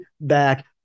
back